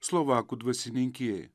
slovakų dvasininkijai